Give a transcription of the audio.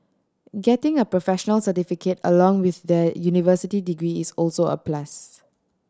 getting a professional certificate along with their university degree is also a plus